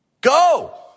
Go